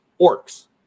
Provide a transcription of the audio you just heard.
orcs